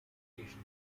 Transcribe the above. education